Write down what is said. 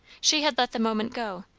she had let the moment go,